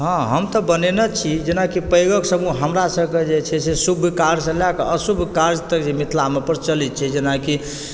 हँ हम तऽ बनैने छी जेनाकि पैघक समूह हमरा सबके जे छै से शुभ काजसँ लए कऽ अशुभ काज जे मिथिलामे प्रचलित छै जेनाकि